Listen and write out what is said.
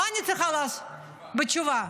בתשובה.